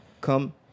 Come